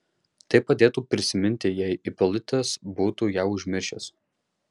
tai padėtų prisiminti jei ipolitas būtų ją užmiršęs